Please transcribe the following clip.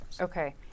Okay